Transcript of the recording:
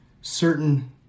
certain